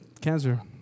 cancer